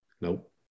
Nope